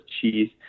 cheese